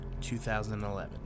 2011